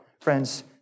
Friends